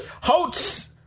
Holtz